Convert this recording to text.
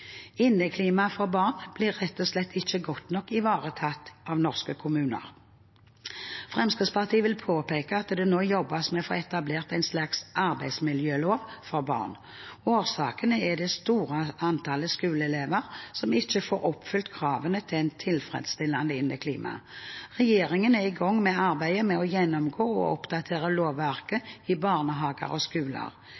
for barn blir rett og slett ikke godt nok ivaretatt av norske kommuner. Fremskrittspartiet vil påpeke at det nå jobbes med å få etablert en slags arbeidsmiljølov for barn. Årsaken er det store antallet skoleelever som ikke får oppfylt kravene til et tilfredsstillende inneklima. Regjeringen er i gang med arbeidet med å gjennomgå og oppdatere lovverket